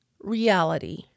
reality